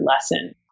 lesson